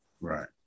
right